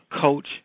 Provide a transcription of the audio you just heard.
coach